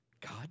God